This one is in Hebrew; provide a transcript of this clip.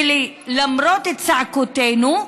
ולמרות צעקותינו,